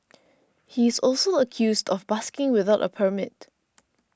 he is also accused of busking without a permit